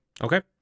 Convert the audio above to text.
Okay